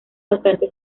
bastante